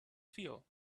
feel